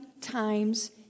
times